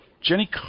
Jenny